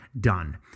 done